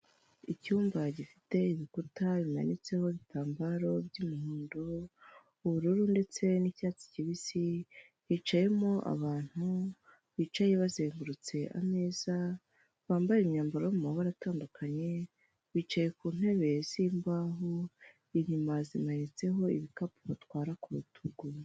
Icyumba gifite ibikuta bimanitseho ibitambaro by'umuhondo, ubururu ndetse n'icyatsi kibisi hicayemo abantu bicaye bazengurutse ameza bambaye imyambaro yo mu mabara atandukanye, bicaye ku ntebe z'imbaho inyuma zimanitseho ibikapu batwara ku rutugu.